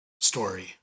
story